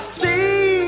see